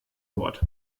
wort